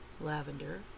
lavender